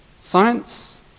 Science